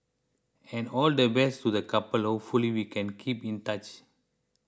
and all the best to the couple hopefully we can keep in touch